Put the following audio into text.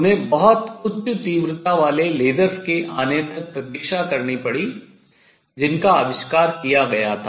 उन्हें बहुत उच्च तीव्रता वाले lasers लेज़रों के आने तक प्रतीक्षा करनी पड़ी जिनका आविष्कार किया गया था